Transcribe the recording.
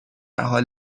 حال